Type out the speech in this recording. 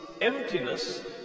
emptiness